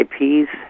IPs